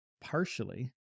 partially